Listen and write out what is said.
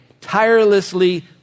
tirelessly